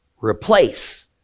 replace